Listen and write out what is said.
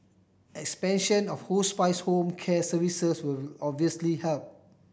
expansion of hospice home care services will obviously help